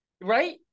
right